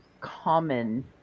common